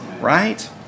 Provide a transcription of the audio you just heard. right